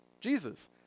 Jesus